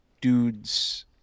dudes